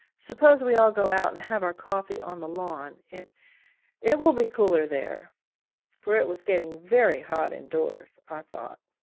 suppose we all go out and have our coffee on the lawn? it it will be cooler there for it was getting very hot indoors, i thought.